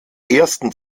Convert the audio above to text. ersten